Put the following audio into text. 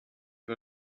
war